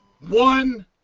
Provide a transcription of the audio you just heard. one